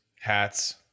hats